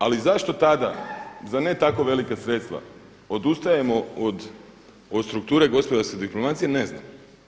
Ali zašto tada za ne tako velika sredstva odustajemo od strukture gospodarske diplomacije, ne znam.